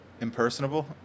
impersonable